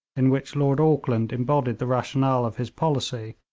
in which lord auckland embodied the rationale of his policy,